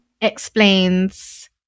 explains